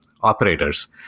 operators